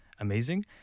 Amazing